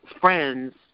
friends